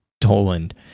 Toland